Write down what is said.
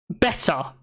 better